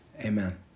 amen